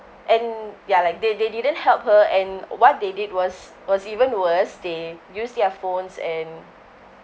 and ya like they they didn't help her and what they did was was even worse they use their phones and